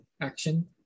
action